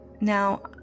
Now